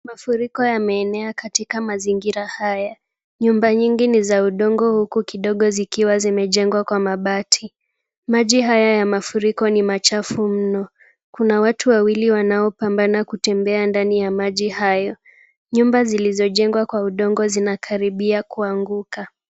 Mafuriko yameenea katika maeneo haya. Nyumba nyingi ni za udongo huku kidogo zikiwa zimejengwa kwa mabati. Maji haya ya mafuriko ni machafu mno. Kuna watu wawili wanaopambana kutembea ndani ya maji hayo. Nyumba zilizojengwa kwa udongo zinakaribia kuanguka.